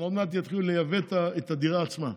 עוד מעט יתחילו לייבא את הדירה עצמה,